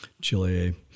Chile